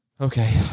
Okay